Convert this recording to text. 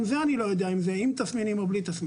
גם את זה אני לא יודע אם זה עם תסמינים או בלי תסמינים.